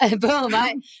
Boom